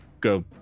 go